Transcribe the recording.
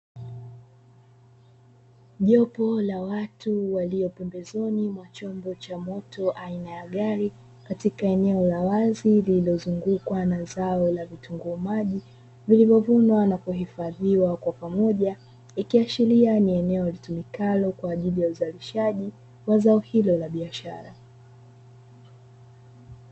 Jopo la watu walio pembezoni mwa chombo cha moto aina ya gari katika eneo la wazi lililozungukwa na zao la vitunguu maji, vilivyovunwa na kuhifadhiwa kwa pamoja ikiashiria ni eneo litumikalo kwa ajili ya uzalishaji wa zao hili la biashara.